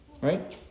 Right